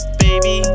baby